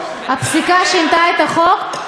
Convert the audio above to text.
הפסיקה שינתה את החוק,